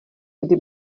kdy